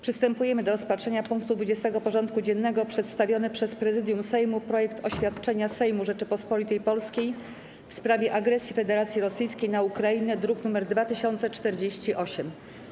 Przystępujemy do rozpatrzenia punktu 20. porządku dziennego: Przedstawiony przez Prezydium Sejmu projekt oświadczenia Sejmu Rzeczypospolitej Polskiej w sprawie agresji Federacji Rosyjskiej na Ukrainę (druk nr 2048)